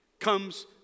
comes